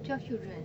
twelve children